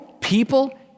people